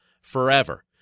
forever